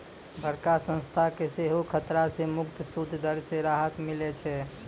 बड़का संस्था के सेहो खतरा से मुक्त सूद दर से राहत मिलै छै